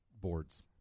boards